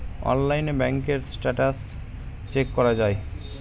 অনলাইনে ব্যাঙ্কের status check করা যায়